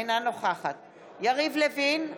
אינה נוכחת יריב לוין,